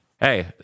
hey